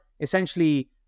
Essentially